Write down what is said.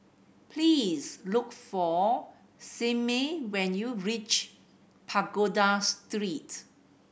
please look for Simmie when you reach Pagoda Street